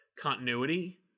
continuity